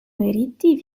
meriti